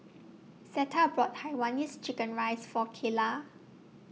Zetta bought Hainanese Chicken Rice For Kaela